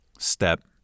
Step